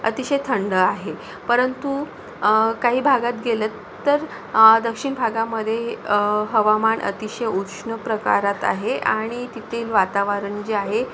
अतिशय थंड आहे परंतु काही भागात गेलं तर दक्षिण भागामधे हवामान अतिशय उष्ण प्रकारात आहे आणि तेथील वातावरण जे आहे